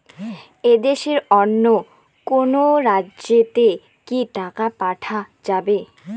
দেশের অন্য কোনো রাজ্য তে কি টাকা পাঠা যাবে?